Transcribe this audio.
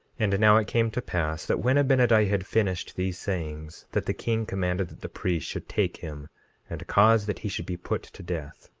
and now it came to pass that when abinadi had finished these sayings, that the king commanded that the priests should take him and cause that he should be put to death.